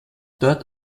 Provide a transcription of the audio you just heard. dort